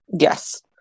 Yes